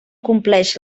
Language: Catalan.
compleix